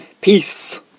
Peace